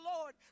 Lord